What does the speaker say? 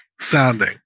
sounding